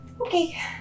Okay